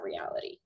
reality